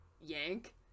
yank